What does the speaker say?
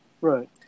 Right